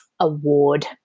award